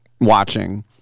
watching